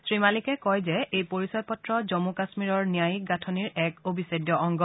শ্ৰী মালিকে কয় যে এই পৰিচয় পত্ৰ জম্মূ কাম্মীৰৰ ন্যায়িক গাঠনিৰ এক অবিছেদ্য অংগ